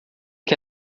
que